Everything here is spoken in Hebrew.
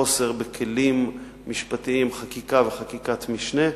אין חוסר בכלים משפטיים, חקיקה וחקיקת משנה,